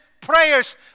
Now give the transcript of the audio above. prayers